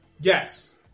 yes